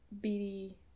beady